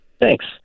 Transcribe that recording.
Thanks